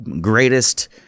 greatest